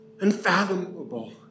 unfathomable